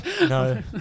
no